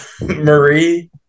Marie